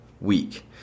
week